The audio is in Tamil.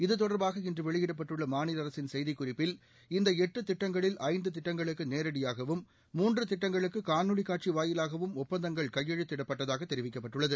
இதுதொடர்பாக இன்று வெளியிடப்பட்டுள்ள மாநில அரசின் செய்திக் குறிப்பில் இந்த எட்டு திட்டங்களில் ஐந்து திட்டங்களுக்கு நேரடியாகவும் மூன்று திட்டங்களுக்கு காணொலி காட்சி வாயிலாகவும் ஒப்பந்தங்கள் கையெழுத்திடப்பட்டதாக தெரிவிக்கப்பட்டுள்ளது